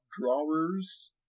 drawers